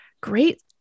great